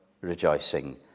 rejoicing